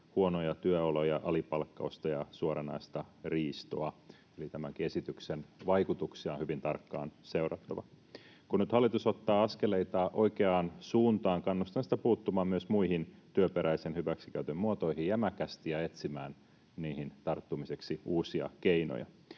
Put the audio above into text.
huonoja työoloja, alipalkkausta ja suoranaista riistoa. Eli tämänkin esityksen vaikutuksia on hyvin tarkkaan seurattava. Kun nyt hallitus ottaa askeleita oikeaan suuntaan, kannustan sitä puuttumaan myös muihin työperäisen hyväksikäytön muotoihin jämäkästi ja etsimään niihin tarttumiseksi uusia keinoja.